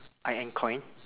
I N coin